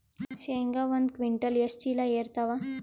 ಶೇಂಗಾ ಒಂದ ಕ್ವಿಂಟಾಲ್ ಎಷ್ಟ ಚೀಲ ಎರತ್ತಾವಾ?